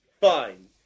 Fine